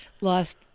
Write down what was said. lost